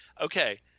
Okay